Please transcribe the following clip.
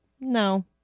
No